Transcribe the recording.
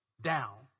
down